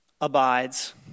abides